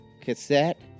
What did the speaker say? cassette